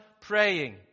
praying